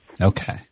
Okay